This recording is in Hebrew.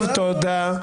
תודה.